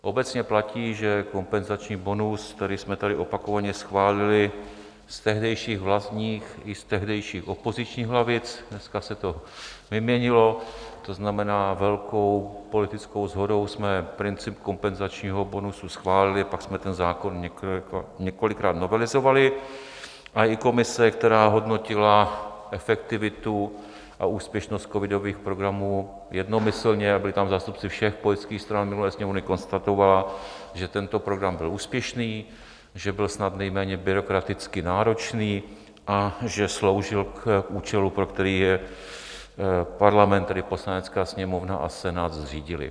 Obecně platí, že kompenzační bonus, který jsme tady opakovaně schválili, z tehdejších vlastních i z tehdejších opozičních lavic, dneska se to vyměnilo, to znamená velkou politickou shodou jsme princip kompenzačního bonusu schválili, pak jsme ten zákon několikrát novelizovali a i komise, která hodnotila efektivitu a úspěšnost covidových programů jednomyslně, a byli tam zástupci všech politických stran z minulé Sněmovny, konstatovala, že tento program byl úspěšný, že byl snad nejméně byrokraticky náročný a že sloužil k účelu, pro který jej Parlament, tedy Poslanecká sněmovna a Senát, zřídil.